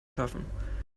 schaffen